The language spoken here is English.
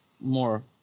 more